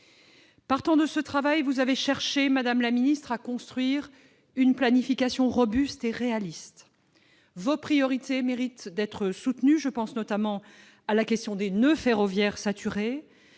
Partant de ce travail, vous avez cherché, madame la ministre, à construire une planification robuste et réaliste. Vos priorités méritent d'être soutenues. Je pense notamment aux noeuds ferroviaires saturés,